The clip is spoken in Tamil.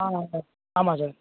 ஆமாம் சார் ஆமாம் சார்